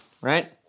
right